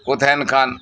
ᱠᱚ ᱛᱟᱦᱮᱱ ᱠᱷᱟᱱ